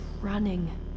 running